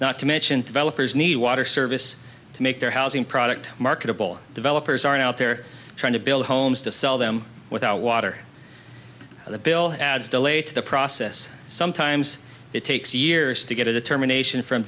not to mention developers need water service to make their housing product marketable developers are out there trying to build homes to sell them without water the bill adds delay to the process sometimes it takes years to get a determination from